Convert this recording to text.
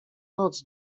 noc